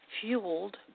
fueled